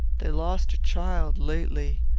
they lost a child lately.